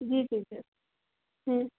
जी जी जी